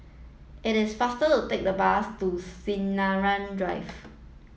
it is faster to take the bus to Sinaran Drive